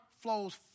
flows